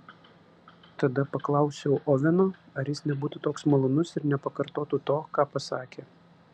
tada paklausiau oveno ar jis nebūtų toks malonus ir nepakartotų to ką pasakė